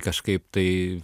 kažkaip tai